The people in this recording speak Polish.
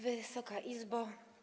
Wysoka Izbo!